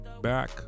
back